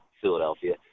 Philadelphia